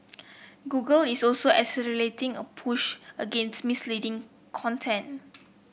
Google is also accelerating a push against misleading content